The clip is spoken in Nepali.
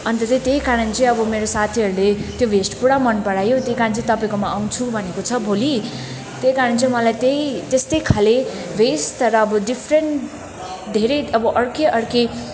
अन्त चाहिँ त्यही कारण चाहिँ अब मेरो साथीहरूले त्यो भेस्ट पुरा मनपरायो त्यही कारण चाहिँ तपाईँकोमा आउँछु भनेको छ भोलि त्यही कारण चाहिँ मलाई त्यही त्यस्तै खाले भेस्ट तर अब डिफ्रेन्ट धेरै अब अर्कै अर्कै